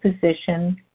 position